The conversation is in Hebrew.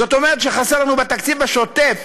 זאת אומרת שחסר לנו בתקציב, בשוטף,